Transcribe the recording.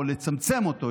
או לצמצם אותו,